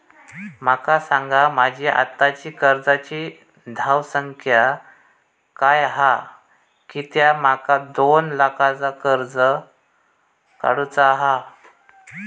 माका सांगा माझी आत्ताची कर्जाची धावसंख्या काय हा कित्या माका दोन लाखाचा कर्ज काढू चा हा?